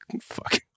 fuck